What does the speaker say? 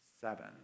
seven